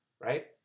right